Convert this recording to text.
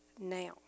now